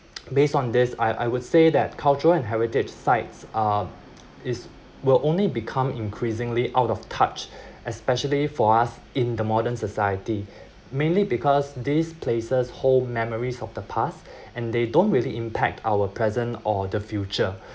based on this I I would say that cultural and heritage sites are is will only become increasingly out of touch especially for us in the modern society mainly because these places hold memories of the past and they don't really impact our present or the future